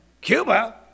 Cuba